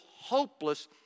hopeless